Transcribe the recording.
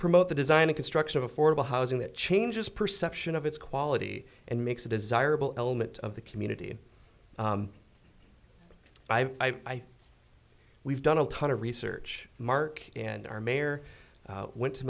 promote the design and construction of affordable housing that changes perception of its quality and makes a desirable element of the community by we've done a ton of research mark and our mayor went to